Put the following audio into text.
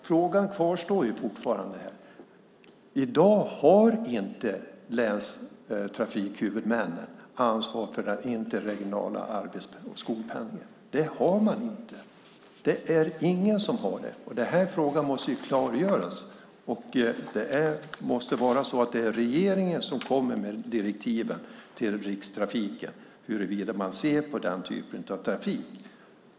Frågan kvarstår. I dag har länstrafikhuvudmännen inte ansvar för den interregionala arbets och skolpendlingen. Det har man inte. Det är ingen som har det. Den här frågan måste klargöras. Och det måste vara regeringen som kommer med direktiv till Rikstrafiken när det gäller hur man ser på den typen av trafik.